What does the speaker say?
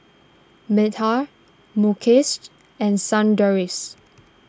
Medha Mukeshed and Sundaresh